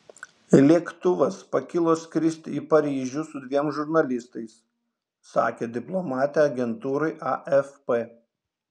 lėktuvas pakilo skristi į paryžių su dviem žurnalistais sakė diplomatė agentūrai afp